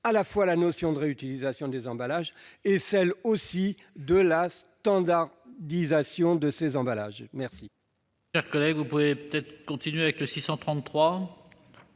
à la fois la notion de réutilisation des emballages et celle de la standardisation de ces emballages.